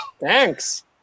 Thanks